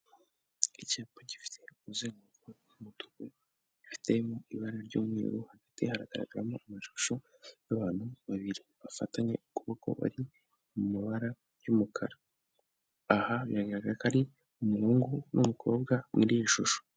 Icyapa gifite umuzenguko umutuku, gifitemo ibara ry'umweru, hagati hagaragaramo amashusho y'abantu babiri bafatanye ukuboko bari mu mabara y'umukara, aha biragaragara yuko ari umuhungu n'umukobwa muri iyi shusho.